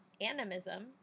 animism